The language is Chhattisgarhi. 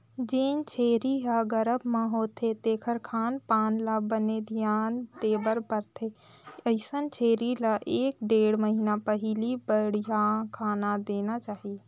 जेन छेरी ह गरभ म होथे तेखर खान पान ल बने धियान देबर परथे, अइसन छेरी ल एक ढ़ेड़ महिना पहिली बड़िहा खाना देना चाही